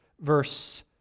Verse